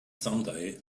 someday